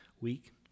week